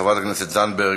חברת הכנסת זנדברג,